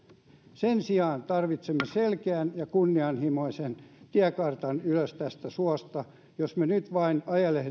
sen sijaan tarvitsemme selkeän ja kunnianhimoisen tiekartan ylös tästä suosta jos me nyt vain ajelehdimme